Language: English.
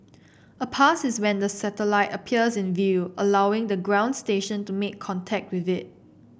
a pass is when the satellite appears in view allowing the ground station to make contact with it